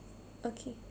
okay